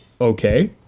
okay